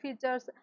features